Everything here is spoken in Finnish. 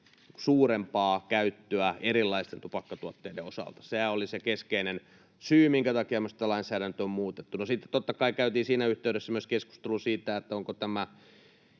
suurempaa käyttöä erilaisten tupakkatuotteiden osalta. Sehän oli se keskeinen syy, minkä takia tätä lainsäädäntöä on muutettu. Sitten, totta kai, käytiin siinä yhteydessä myös keskustelu siitä, millä tasolla